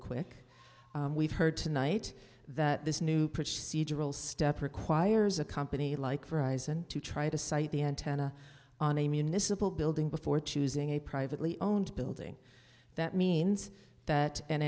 quick we've heard tonight that this new procedural step requires a company like for aizen to try to site the antenna on a municipal building before choosing a privately owned building that means that an